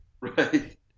Right